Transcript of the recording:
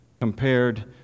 compared